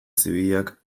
zibilak